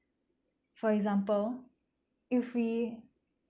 for example if we